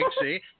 see